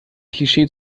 klischee